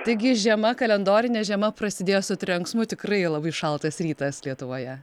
taigi žiema kalendorinė žiema prasidėjo su trenksmu tikrai labai šaltas rytas lietuvoje